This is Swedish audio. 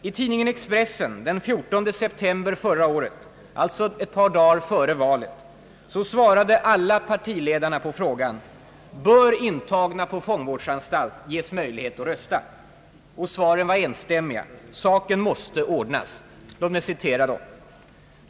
I tidningen Expressen den 14 september förra året — alltså ett par dagar före valet — svarade alla partiledarna på frågan: »Bör intagna på fångvårdsanstalt ges möjlighet att rösta?» Svaren var enstämmiga: saken måste ordnas. Låt mig citera dem.